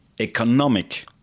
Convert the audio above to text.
economic